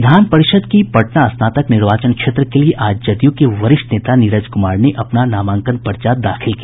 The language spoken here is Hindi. विधान परिषद् की पटना स्नातक निर्वाचन क्षेत्र के लिये आज जदयू के वरिष्ठ नेता नीरज कुमार ने अपना नामांकन पर्चा दाखिल किया